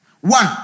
One